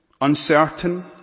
uncertain